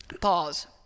Pause